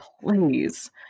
Please